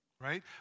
right